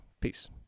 Peace